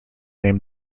name